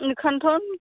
बिनिखायनोथ'